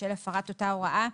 בשל הפרת אותה הוראה,